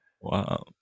Wow